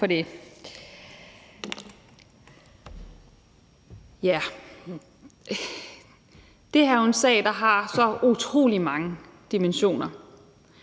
her er jo en sag, der har så utrolig mange dimensioner,